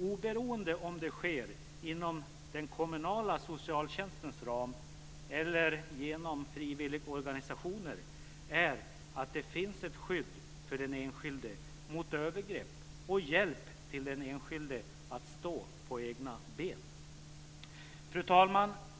oberoende om det sker inom den kommunala socialtjänstens ram eller genom frivilligorganisationer, är att det finns ett skydd för den enskilde mot övergrepp och hjälp till den enskilde med att stå på egna ben. Fru talman!